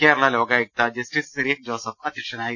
Kerala Lokayukta justice Cyriac Joseph അധ്യക്ഷനായിരുന്നു